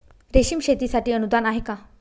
रेशीम शेतीसाठी अनुदान आहे का?